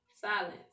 Silence